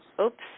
Oops